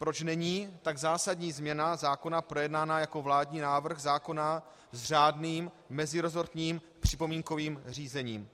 Proč není tak zásadní změna zákona projednána jako vládní návrh zákona s řádným meziresortním připomínkovým řízením?